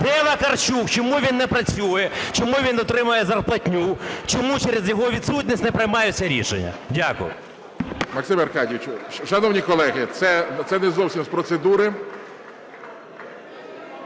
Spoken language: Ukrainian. Де Вакарчук? Чому він не працює? Чому він отримує зарплатню? Чому через його відсутність не приймаються рішення? Дякую. ГОЛОВУЮЧИЙ. Максиме Аркадійовичу, шановні колеги, це не зовсім з процедури.